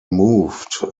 moved